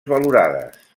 valorades